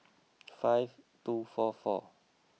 five two four four